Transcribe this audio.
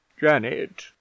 janet